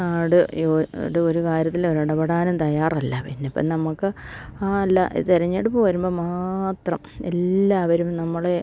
ആട് ഒരു ഒരു കാര്യത്തിൽ ഇടപെടാനും തയ്യാറല്ല പിന്നെ നമുക്ക് ആ അല്ല ഇത് തെരഞ്ഞെടുപ്പ് വരുമ്പം മാത്രം എല്ലാവരും നമ്മളെ